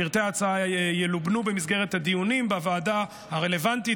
פרטי ההצעה ילובנו במסגרת הדיונים בוועדה הרלוונטית,